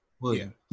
William